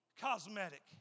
cosmetic